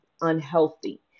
unhealthy